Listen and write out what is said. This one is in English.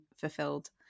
fulfilled